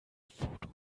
foto